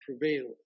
prevail